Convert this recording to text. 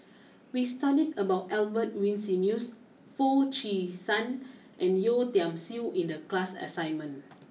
we studied about Albert Winsemius Foo Chee San and Yeo Tiam Siew in the class assignment